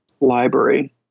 library